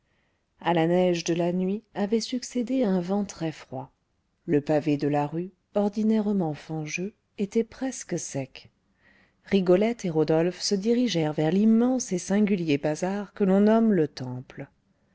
à la neige de la nuit avait succédé un vent très froid le pavé de la rue ordinairement fangeux était presque sec rigolette et rodolphe se dirigèrent vers l'immense et singulier bazar que l'on nomme le temple